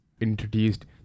introduced